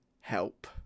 help